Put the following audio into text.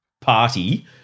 party